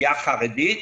החרדית,